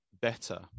better